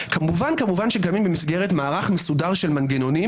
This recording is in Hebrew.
כמובן קיימים במסגרת מערך מסודר של מנגנונים